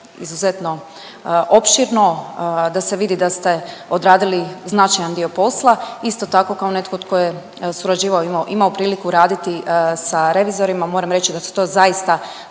izuzetno opširno, da se vidi da ste odradili značajan dio posla, isto tako kao netko tko je surađivao, imao priliku raditi sa revizorima, moram reći da su to zaista